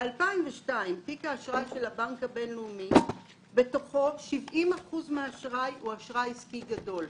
בתיק האשראי של הבנק הבינלאומי ב-2002 70% מהאשראי הוא אשראי עסקי גדול.